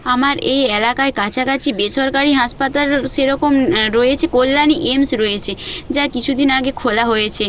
আমার এই এলাকায় কাছাকাছি বেসরকারি হাসপাতাল সেরকম রয়েছে কল্যাণী এইমস রয়েছে যা কিছু দিন আগে খোলা হয়েছে